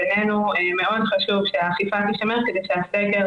בעינינו מאוד חשוב שהאכיפה תישמר כדי שהסגר